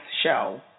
show